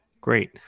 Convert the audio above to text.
great